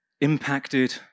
impacted